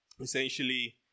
essentially